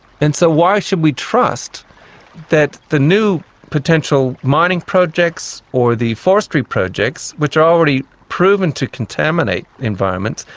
and so why should we trust that the new potential mining projects or the forestry projects which are already proven to contaminate environments,